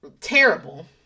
terrible